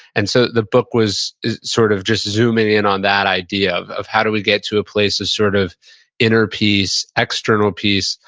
and so, the book was sort of just zooming in on that idea of of how do we get to a place ah sort of inner peace, external peace,